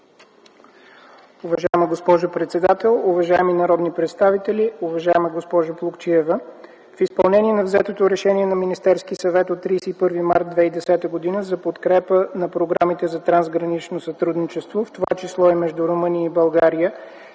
Уважаема госпожо председател, уважаеми народни представители! Уважаема госпожо Плугчиева, в изпълнение на взетото решение на Министерския съвет от 31 март 2010 г. за подкрепа на програмите за трансгранично сътрудничество, в това число и между Румъния и България,